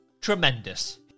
Tremendous